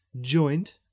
joined